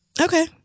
Okay